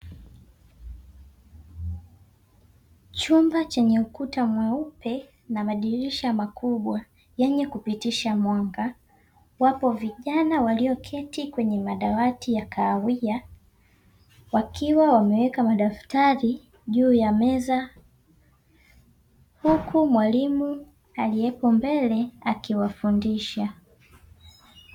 Chumba chenye ukuta mweupe na madirisha makubwa yenye kupitisha mwanga, wapo vijana walioketi kwenye madawati ya kahawia, wakiwa wameweka madaftari juu ya meza, huku mwalimu aliyeko mbele akiwafundisha.